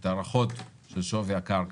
את ההערכות של שווי הקרקע,